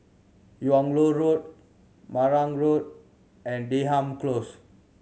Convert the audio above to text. Yung Loh Road Marang Road and Denham Close